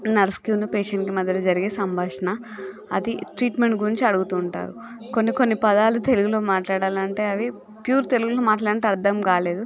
నర్స్కి ఉన్న పేషెంట్కి మధ్యన జరిగే సంభాషణ అది ట్రీట్మెంట్ గురించి అడుగుతూ ఉంటారు కొన్ని కొన్ని పదాలు తెలుగులో మాట్లాడాలి అంటే అవి ప్యూర్ తెలుగులో మాట్లాడాలి అంటే అర్థం కాలేదు